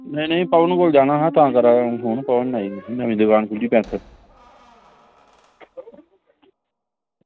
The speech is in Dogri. आं पवन बोला दा हा तां करा दा हा पवन नाई नमीं दुकान खु'ल्ली